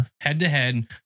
Head-to-head